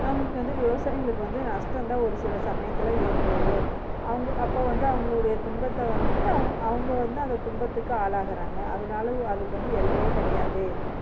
அவங்களுக்கு வந்து விவசாயிங்களுக்கு வந்து நஷ்டம்தான் ஒரு சில சமயத்தில் ஏற்படுது அவங்க அப்போ வந்து அவங்களுடைய துன்பத்தை வந்து அவு அவங்க வந்து அந்த துன்பத்துக்கு ஆளாகிறாங்க அதனால அதுக்கு வந்து எல்லையே கிடையாது